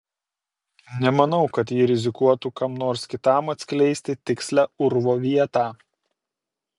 nemanau kad ji rizikuotų kam nors kitam atskleisti tikslią urvo vietą